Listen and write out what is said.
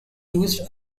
used